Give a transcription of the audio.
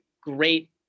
great